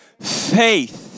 faith